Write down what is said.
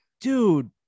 Dude